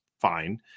fine